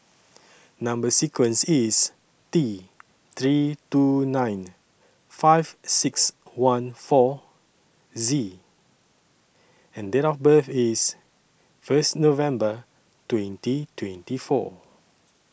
Number sequence IS T three two nine five six one four Z and Date of birth IS First November twenty twenty four